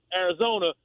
Arizona